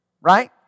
right